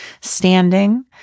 standing